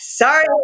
Sorry